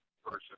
person